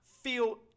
feel